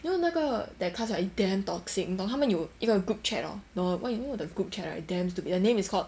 you know 那个 that class right is damn toxic 你懂他们有一个 group chat hor 你懂 what you know the group chat right damn stupid the name is called